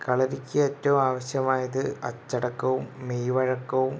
കളരിക്ക് ഏറ്റവും ആവശ്യമായത് അച്ചടക്കവും മെയ്വഴക്കവും